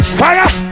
fire